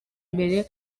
imbere